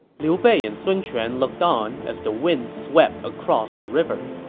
liu bei and sun quan looked on as the wind swept across the river.